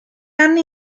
anni